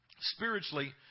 spiritually